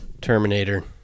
Terminator